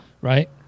right